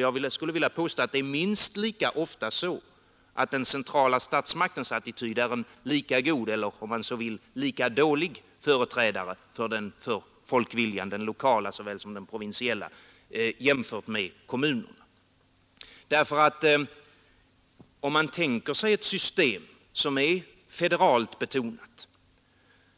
Jag skulle vilja påstå att det minst lika ofta är så, att den centrala statsmakten är en lika god eller — om man så vill — lika dålig företrädare för folkviljan, den lokala såväl som den provinsiella, som kommunerna. Antag att vi har ett system som är federalt betonat